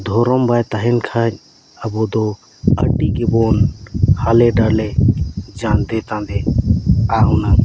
ᱫᱷᱚᱨᱚᱢ ᱵᱟᱭ ᱛᱟᱦᱮᱱ ᱠᱷᱟᱱ ᱟᱵᱚ ᱫᱚ ᱟᱹᱰᱤᱜᱮᱵᱚᱱ ᱦᱟᱞᱮᱰᱟᱞᱮ ᱡᱟᱸᱫᱮᱼᱛᱟᱸᱫᱮᱜᱼᱟ ᱦᱩᱱᱟᱹᱝ